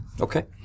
Okay